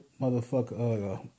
motherfucker